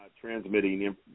transmitting